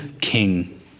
King